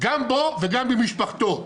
גם בו וגם במשפחתו.